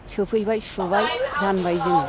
सोफैबाय सुबाय जानबाय जोङो